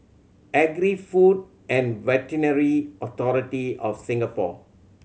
Agri Food and Veterinary Authority of Singapore